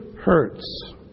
hurts